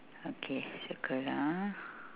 okay circle ah